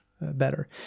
better